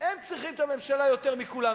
הם צריכים את הממשלה יותר מכולם,